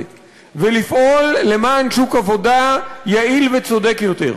ולפעול למען שוק עבודה יעיל וצודק יותר.